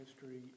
History